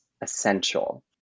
essential